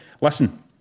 Listen